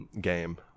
game